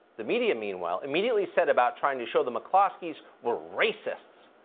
the media meanwhile immediately set about trying to show the mccloskeys were racist.